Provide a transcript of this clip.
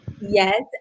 Yes